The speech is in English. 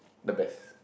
the best